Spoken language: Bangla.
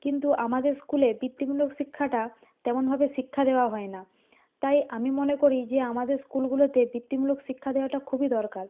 কিন্তু আমাদের স্কুলে বৃত্তিমূলক শিক্ষাটা তেমনভাবে শিক্ষা দেওয়া হয় না তাই আমি মনে করি যে আমাদের স্কুলগুলোতে বৃত্ত ত্তিমূলক শিক্ষা দেওয়াটা খুবই দরকার